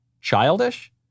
childish